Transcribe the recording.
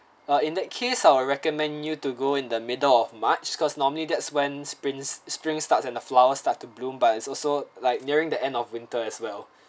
uh in that case I'll recommend you to go in the middle of march cause normally that's when spring spring starts and the flowers start to bloom but it's also like nearing the end of winter as well